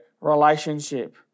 relationship